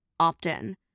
opt-in